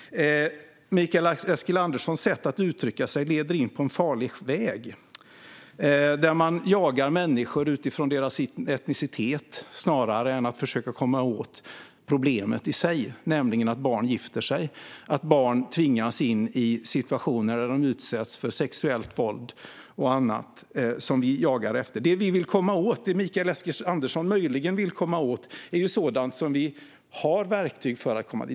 Mikael Eskilanderssons sätt att uttrycka sig leder in på en farlig väg där man jagar människor utifrån deras etnicitet snarare än att försöka komma åt problemet i sig, nämligen att barn gifter sig och att barn tvingas in i situationer där de utsätts för sexuellt våld och annat som vi jagar efter. Det Mikael Eskilandersson möjligen vill komma åt är sådant som vi har verktyg för att komma åt.